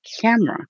camera